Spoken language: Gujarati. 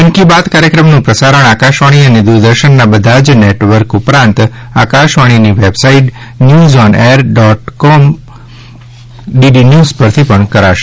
મન કી બાત કાર્યક્રમનું પ્રસારણ આકાશવાણી અને દુરદર્શનના બધા જ નેટવર્ક ઉપરાંત આકાશવાણીની website news on air dot com DD news પરથી પણ કરાશે